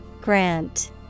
Grant